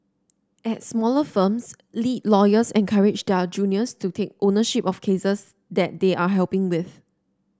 at smaller firms lead lawyers encourage their juniors to take ownership of cases that they are helping with